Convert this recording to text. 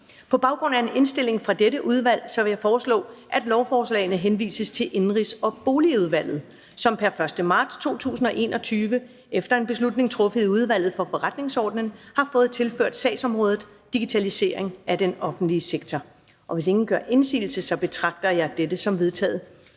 På baggrund af en indstilling fra dette udvalg vil jeg foreslå, at lovforslagene henvises til Indenrigs- og Boligudvalget, som pr. 1. marts 2021 efter en beslutning truffet i Udvalget for Forretningsordenen har fået tilført sagsområdet digitalisering af den offentlige sektor. Hvis ingen gør indsigelse, betragter jeg dette som vedtaget.